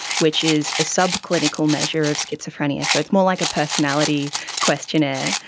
which is a subclinical measure of schizophrenia, so it's more like a personality questionnaire.